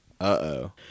Uh-oh